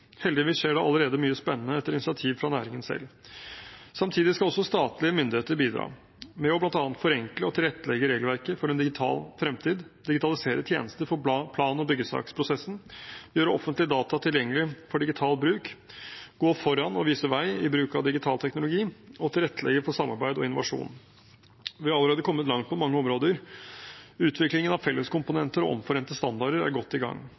Heldigvis skjer det allerede mye spennende etter initiativ fra næringen selv. Samtidig skal også statlige myndigheter bidra ved bl.a. å forenkle og tilrettelegge regelverket for en digital fremtid digitalisere tjenester for plan- og byggesaksprosessen gjøre offentlige data tilgjengelig for digital bruk gå foran og vise vei i bruk av digital teknologi tilrettelegge for samarbeid og innovasjon Vi har allerede kommet langt på mange områder: Utviklingen av felleskomponenter og omforente standarder er godt i gang.